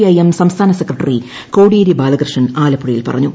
IM സംസ്ഥാന secretary Kodiyeri Balakrishnan ആലപ്പുഴയിൽ പറഞ്ഞു